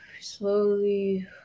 Slowly